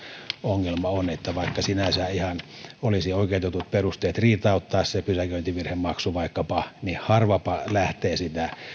ongelma on että vaikka sinänsä ihan olisi oikeutetut perusteet riitauttaa se pysäköintivirhemaksu vaikkapa niin harvapa lähtee sitä